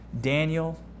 Daniel